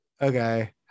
Okay